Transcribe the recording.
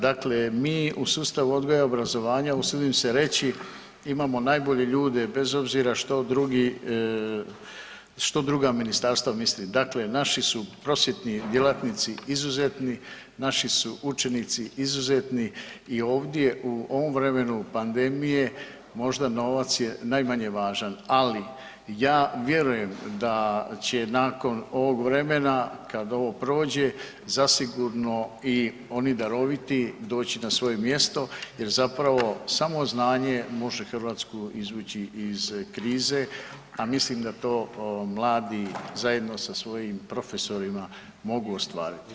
Dakle, mi u sustavu odgoja i obrazovanja usudim se reći imamo najbolje ljude bez obzira što drugi, što druga ministarstva misle, dakle naši su prosvjetni djelatnici izuzetni, naši su učenici izuzetni i ovdje u ovom vremenu pandemije možda novac je najmanje važan, ali ja vjerujem da će nakon ovog vremena kad ovo prođe zasigurno i oni daroviti doći na svoje mjesto jer zapravo samo znanje može Hrvatsku izvući iz krize, a milim da to mladi zajedno sa svojim profesorima mogu ostvariti.